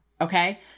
Okay